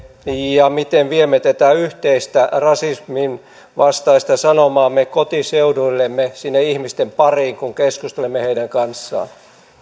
ja miten viemme tätä yhteistä rasismin vastaista sanomaamme kotiseuduillemme sinne ihmisten pariin kun keskustelemme heidän kanssaan